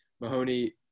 Mahoney